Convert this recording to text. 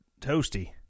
toasty